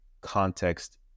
context